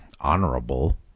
honorable